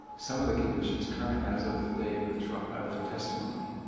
some of the conditions current as of the day of ah of the testimony.